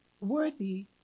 worthy